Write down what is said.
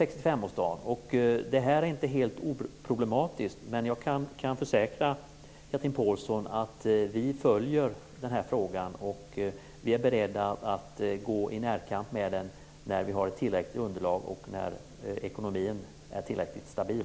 Detta är inte helt oproblematiskt. Jag kan dock försäkra, Chatrine Pålsson, att vi följer frågan och att vi är beredda att gå i närkamp med den när vi har ett tillräckligt underlag och när ekonomin är tillräckligt stabil.